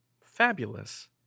Fabulous